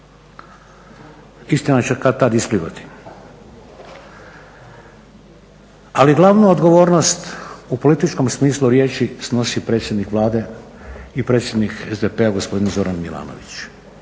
Istina će kad-tad isplivati. Ali glavnu odgovornost u političkom smislu riječi snosi predsjednik Vlade i predsjednik SDP-a gospodin Zoran Milanović.